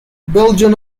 belgian